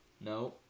No